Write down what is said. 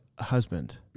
husband